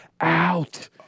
out